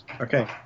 Okay